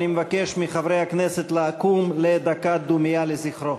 אני מבקש מחברי הכנסת לקום לדקת דומייה לזכרו.